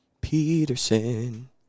Peterson